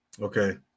okay